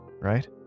right